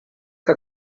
que